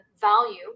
value